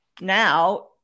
Now